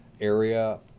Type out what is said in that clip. area